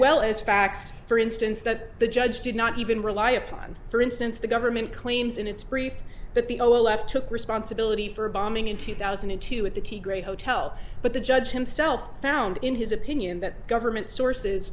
well as facts for instance that the judge did not even rely upon for instance the government claims in its brief that the o l f took responsibility for a bombing in two thousand and two at the t great hotel but the judge himself found in his opinion that government sources